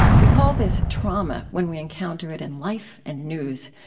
we call this trauma when we encounter it in life and news,